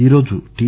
ఈరోజు టి